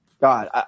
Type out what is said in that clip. God